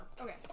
Okay